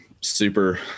super